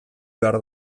behar